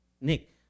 Nick